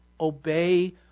obey